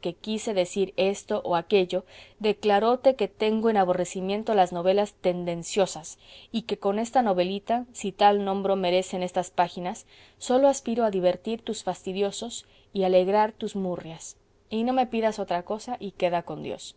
que quise decir esto o aquello declaróte que tengo en aborrecimiento las novelas tendenciosas y que con esta novelita si tal nombro merecen estas páginas sólo aspiro a divertir tus fastidios y alegrar tus murrias y no me pidas otra cosa y queda con dios